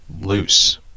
loose